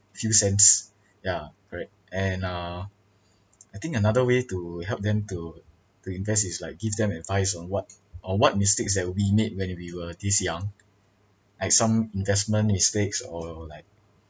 few cents ya correct and uh I think another way to help them to to invest is like give them advice on what on what mistakes that we made when we were this young like some investment mistakes or like